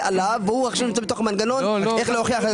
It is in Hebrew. עליו והוא עכשיו בתוך מנגנון שצריך להוכיח.